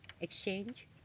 exchange